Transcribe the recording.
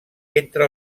entre